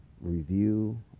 review